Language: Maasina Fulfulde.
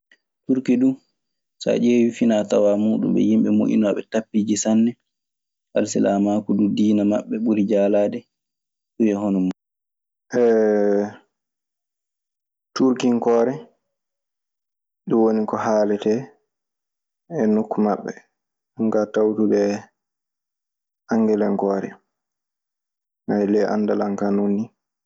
Turki duu, so a ƴeewii fi, naa tawaa muuɗun, ɓe yimɓe moƴƴinooɓe tappiiji sanne. Alsilaamaaku duu diina maɓɓe ɓuri jaalaade. Ɗun e hono mun. turkinkoore ɗun woni ko haalete e nokku maɓɓe. Ɗun ka tawtude anngelenkoore. Aya ley anndal an ka nonni.